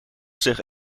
zich